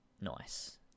Nice